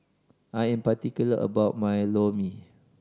I am particular about my Lor Mee